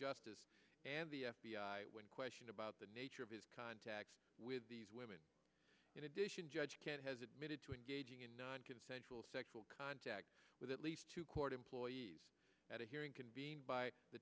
justice and the f b i when questioned about the nature of his contacts with these women in addition judge can't has admitted to engaging in nine consensual sexual contact with at least two court employees at a hearing convened by the